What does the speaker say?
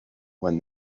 when